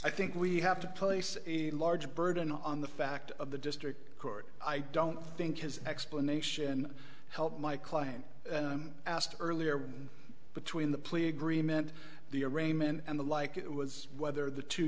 i think we have to place a large burden on the fact of the district court i don't think his explanation helped my client asked earlier when between the plea agreement the arraignment and the like it was whether the two